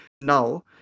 now